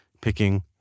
picking